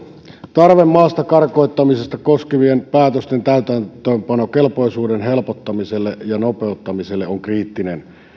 tarve maasta karkottamista koskevien päätösten täytäntöönpanokelpoisuuden helpottamiselle ja nopeuttamiselle on kriittinen